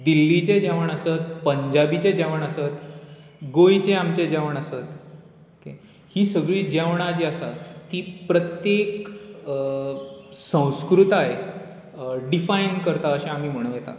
दिल्लीचें जेवण आसत पंजाबी जेवण आसत गोंयचें आमचें जेवण आसत हीं सगळी जेवणां जीं आसात तीं प्रत्येक संस्कृताय डिफायन करता अशें आमी म्हणूं येता